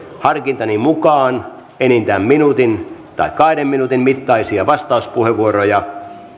harkintani mukaan enintään minuutin tai kahden minuutin mittaisia vastauspuheenvuoroja